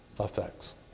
effects